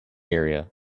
area